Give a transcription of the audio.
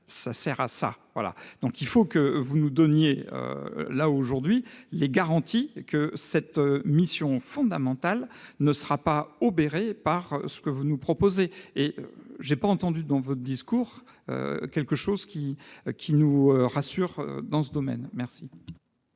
cela sert à ça ! Il faut donc que vous nous donniez, aujourd'hui, les garanties que cette mission fondamentale ne sera pas obérée par ce que vous nous proposez. Je n'ai pas entendu, dans votre discours, quelque chose qui nous rassure dans ce domaine. Je